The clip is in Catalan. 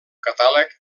catàleg